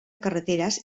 carreteres